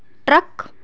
truck